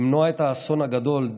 למנוע את האסון הגדול.